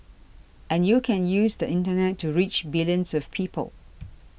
and you can use the Internet to reach billions of people